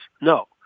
No